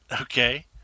Okay